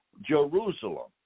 Jerusalem